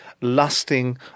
lusting